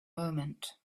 moment